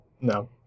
No